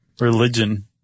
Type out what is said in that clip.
religion